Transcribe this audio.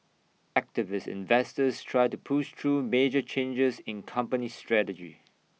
activist investors try to push through major changes in company strategy